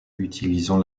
utilisant